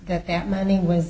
that that money was